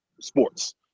sports